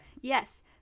Yes